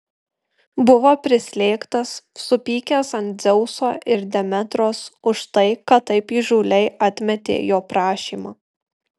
buvo prislėgtas supykęs ant dzeuso ir demetros už tai kad taip įžūliai atmetė jo prašymą